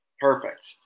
Perfect